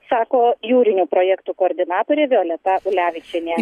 sako jūrinių projektų koordinatorė violeta ulevičienė